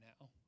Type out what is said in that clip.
now